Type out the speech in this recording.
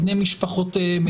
בני משפחותיהם,